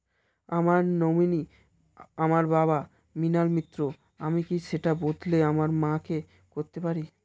আমার নমিনি আমার বাবা, মৃণাল মিত্র, আমি কি সেটা বদলে আমার মা কে করতে পারি?